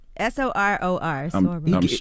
S-O-R-O-R